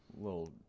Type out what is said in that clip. little